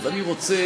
אני מוכן לאתגר.